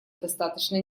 достаточно